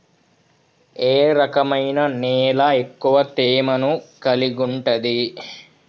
ఏ రకమైన నేల ఎక్కువ తేమను కలిగుంటది?